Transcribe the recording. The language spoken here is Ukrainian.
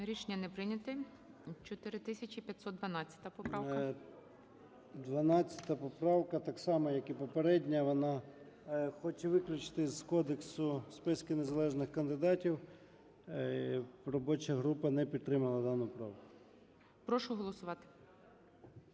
Рішення не прийнято. 4512 поправка. 13:45:35 ЧЕРНЕНКО О.М. 12 поправка так само, як і попередня, вона хоче виключити з кодексу списки незалежних кандидатів. Робоча група не підтримала дану правку. ГОЛОВУЮЧИЙ. Прошу голосувати.